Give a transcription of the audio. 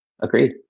Agreed